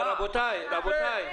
זה הבוקר.